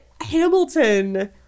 Hamilton